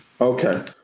Okay